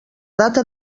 data